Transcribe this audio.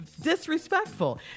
disrespectful